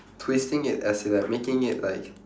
twisting it as in like making it like